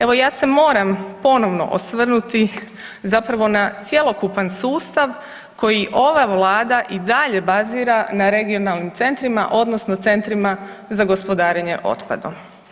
Evo ja se moram ponovno osvrnuti zapravo na cjelokupan sustav koji ova vlada i dalje bazira na regionalnim centrima odnosno Centrima za gospodarenje otpadom.